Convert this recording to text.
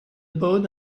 boat